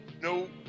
no